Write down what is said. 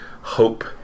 hope